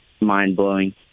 mind-blowing